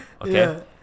Okay